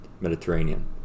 Mediterranean